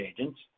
agents